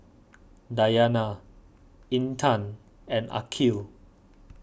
Dayana Intan and Aqil